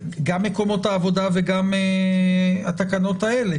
גם מקומות העבודה וגם התקנות האלה,